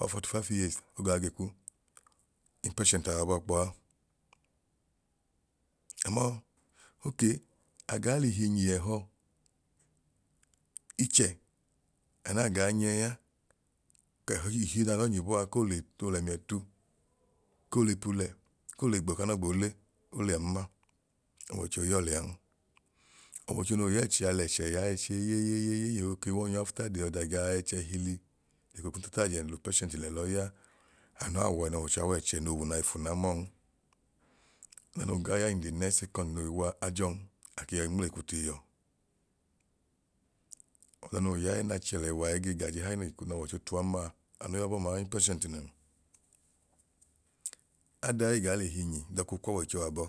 Or 45 years ogaa gekwu, impatient a yẹbọ kpọa. Amọọ okee agaa l'ihi nyi ẹhọ ichẹ anaa gaa nyẹ a ke ihi naa nọọ nyi bọọ a koo l'ẹmiẹ tu koo lepu lẹ koo le gbo kanọọ gboo le, oliyan ma, ọwọicho iyọọ liyan. Ọwọicho noo yẹẹchẹ a l'ẹchẹ ya ẹchi eyeyeyeyeyeye oke wọn yọọ after the other jaa ẹchẹhili leko kunu tatajẹ l'upatienti lẹ lọọ ya anaa wọ ẹnọọwọicho ẹchẹ no owu naifu na mọọn, ọda noo ga ya in the next second noi waa ajọọn ake yọi nmleiku tiiyọ ọda noo ya ẹẹn'achalẹwa ige gajihayi neko nọwọicho tuwan maa anu yọbọọ maa impatienti nẹn. Ada ei gaa l'ihi nyi dọkoo kwọọwọicho abọ